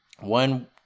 One